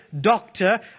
doctor